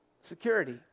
Security